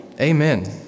amen